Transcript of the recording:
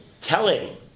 telling